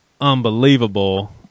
unbelievable